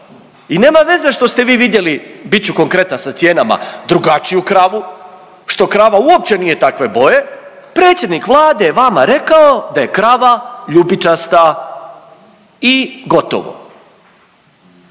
I nema veze što ste vi vidjeli bit ću konkretan sa cijenama, drugačiju kravu, što krava uopće nije takve boje, predsjednik Vlade je vama rekao da je krava ljubičasta i gotovo.